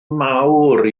mawr